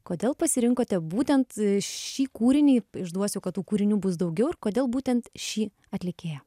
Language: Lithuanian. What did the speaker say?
kodėl pasirinkote būtent šį kūrinį išduosiu kad tų kūrinių bus daugiau ir kodėl būtent šį atlikėją